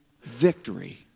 victory